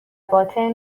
باطن